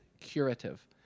curative